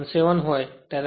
17 હોય છે